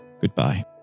goodbye